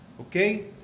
Okay